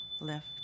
lift